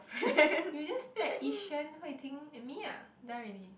just you just tag Yi-Xuan Hui-Ting and me ah done already